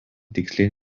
tiksliai